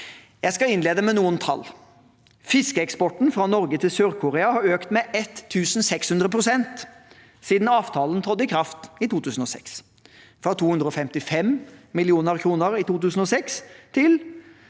Jeg skal innlede med noen tall. Fiskeeksporten fra Norge til Sør-Korea har økt med 1 600 pst. siden avtalen trådte i kraft i 2006, fra 255 mill. kr i 2006 –